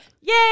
Yay